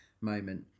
moment